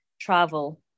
Travel